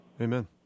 Amen